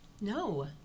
no